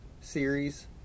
series